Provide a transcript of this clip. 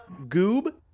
Goob